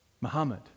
Muhammad